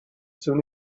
soon